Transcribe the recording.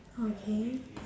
okay